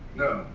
no.